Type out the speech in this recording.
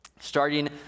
Starting